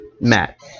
Matt